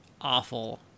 awful